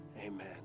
Amen